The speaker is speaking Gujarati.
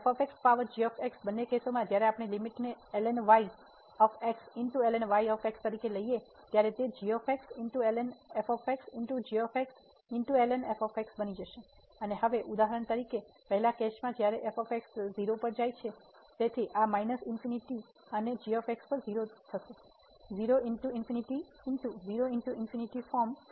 તેથી f પાવર જી બંને કેસોમાં જ્યારે આપણે લીમીટ ને તરીકે લઈએ ત્યારે તે બની જશે અને હવે ઉદાહરણ તરીકે પહેલા કેસમાં જ્યારે f 0 પર જાય છે તેથી આ ∞ અને g પર 0 જશે ફોર્મ